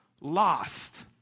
lost